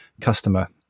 customer